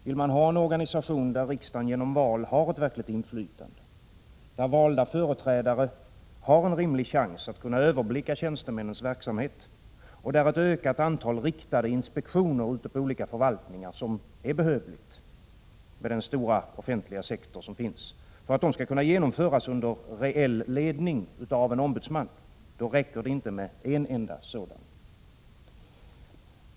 Vill man ha en organisation där riksdagen genom val har verkligt inflytande, där valda företrädare har en rimlig chans att kunna överblicka tjänstemännens verksamhet och där ett ökat antal riktade inspektioner ute på olika förvaltningar — inspektioner som är behövliga med den stora offentliga sektor som finns — skall kunna genomföras under reell ledning av en ombudsman, då räcker det inte med en enda ombudsman.